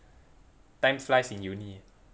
time flies in uni